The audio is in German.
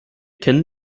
kennen